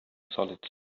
solid